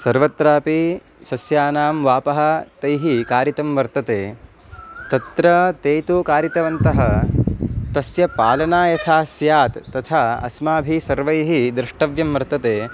सर्वत्रापि सस्यानां वापः तैः कारितः वर्तते तत्र ते तु कारितवन्तः तस्य पालनं यथा स्यात् तथा अस्माभिः सर्वैः द्रष्टव्यं वर्तते